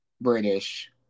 British